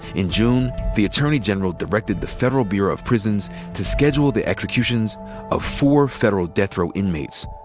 in june, the attorney general directed the federal bureau of prisons to schedule the executions of four federal death row inmates.